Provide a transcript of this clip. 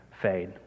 fade